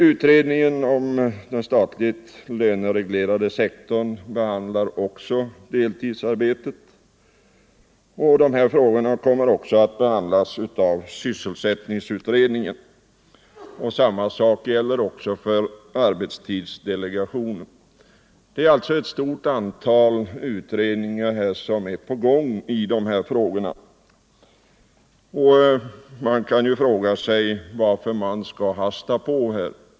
Utredningen om den statligt lönereglerade sektorn behandlar också deltidsarbetet, och det kommer även att behandlas av sysselsättningsutredningen. Samma sak gäller arbetstidsdelegationen. Det är alltså ett stort antal utredningar som pågår i dessa spörsmål, och man kan fråga sig varför det är nödvändigt att hasta.